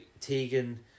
Tegan